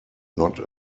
not